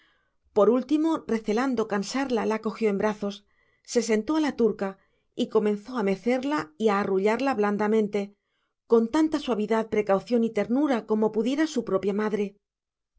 por último recelando cansarla la cogió en brazos se sentó a la turca y comenzó a mecerla y arrullarla blandamente con tanta suavidad precaución y ternura como pudiera su propia madre